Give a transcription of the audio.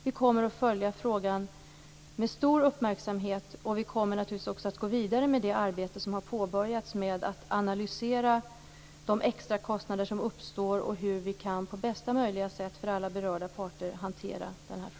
Vi kommer att följa frågan med stor uppmärksamhet. Vi kommer naturligtvis också att gå vidare med det arbete som har påbörjats med att analysera de extra kostnader som uppstår och se hur vi kan hantera frågan på bästa möjliga sätt för alla parter.